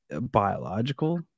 biological